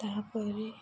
ତାହାପରେ